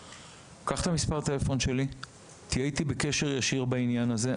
קח את מספר הטלפון שלי ותהיה איתי בקשר בנוגע לעניין הזה.